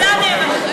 ליברמן.